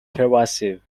pervasive